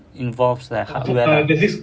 involves like how